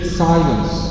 silence